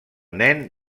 nen